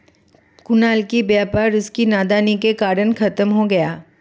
कुणाल का व्यापार उसकी नादानी के कारण खत्म हो गया